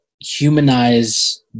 humanize